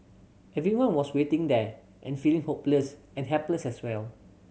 everyone was waiting there and feeling hopeless and helpless as well